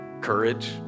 courage